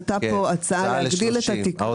עלתה פה הצעה להגדיל את התקרה.